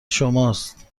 شماست